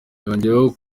yongeyeho